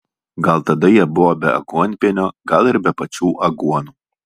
gal tada jie buvo be aguonpienio gal ir be pačių aguonų